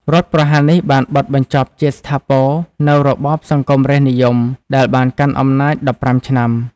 រដ្ឋប្រហារនេះបានបិទបញ្ចប់ជាស្ថាពរនូវរបបសង្គមរាស្រ្តនិយមដែលបានកាន់អំណាច ១៥ ឆ្នាំ។